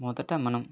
మొదట మనం